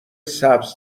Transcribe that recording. سبز